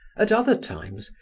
at other times,